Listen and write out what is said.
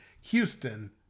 Houston